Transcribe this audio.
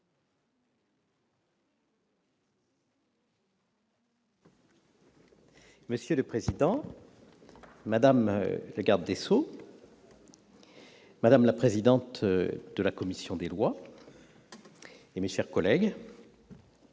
Monsieur le président, madame la garde des sceaux, madame la vice-présidente de la commission des lois, mes chers collègues,